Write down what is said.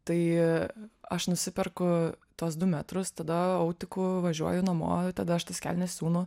tai aš nusiperku tuos du metrus tada autiku važiuoju namo tada aš tas kelnes siūnu